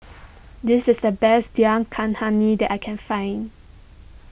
this is the best Dal that I can find